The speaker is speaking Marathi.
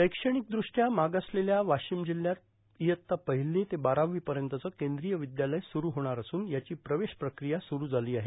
शैक्षणिक दृष्ट्या मागासलेल्या वाशिम जिल्ह्यात इयत्ता पहिली ते बारावी पर्यतचं केंद्रीय विद्यालय सुरू होणार असून त्याची प्रवेश प्रक्रिया सुरू झाली आहे